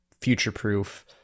future-proof